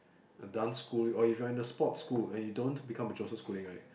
a dance school or if you're in a sports school and you don't want to become a Joseph-Schooling right